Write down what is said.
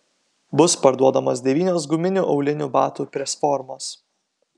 bus parduodamos devynios guminių aulinių batų presformos